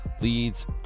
leads